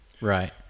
Right